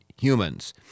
humans